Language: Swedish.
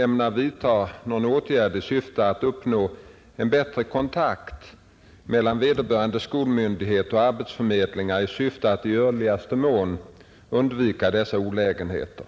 ämnar vidta någon åtgärd i syfte att uppnå en bättre kontakt mellan vederbörande skolmyndighet och arbetsförmedlingarna i syfte att i görligaste mån undvika dessa olägenheter.